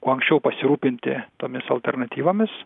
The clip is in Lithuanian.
kuo anksčiau pasirūpinti tomis alternatyvomis